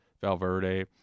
Valverde